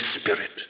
Spirit